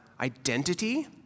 identity